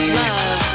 love